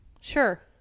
Sure